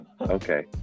Okay